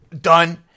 Done